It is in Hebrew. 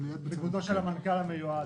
מתנה בדמותו של המנכ"ל המיועד.